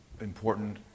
Important